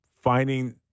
finding